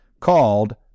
called